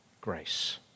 grace